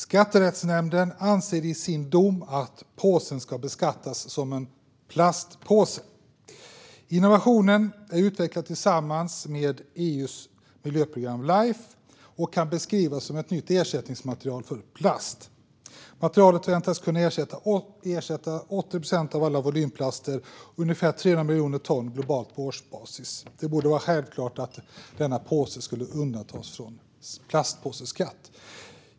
Skatterättsnämnden anser i sin dom att påsen ska beskattas som en plastpåse. Innovationen är utvecklad tillsammans med EU:s miljöprogram Life, och materialet kan beskrivas som ett nytt ersättningsmaterial för plast. Det väntas kunna ersätta 80 procent av alla volymplaster, ungefär 300 miljoner ton globalt på årsbasis. Det borde vara självklart att denna påse ska undantas från plastpåseskatt.